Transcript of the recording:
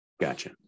Gotcha